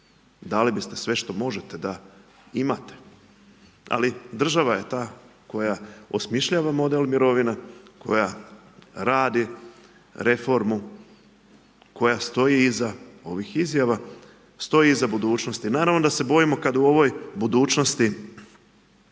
Dali biste sve što možete da imate. Ali država je ta koja osmišljava model mirovine, koja radi reformu, koja stoji iza ovih izjava, stoji iza budućnosti. Naravno da se bojimo kad u ovom budućnosti